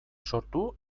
sortu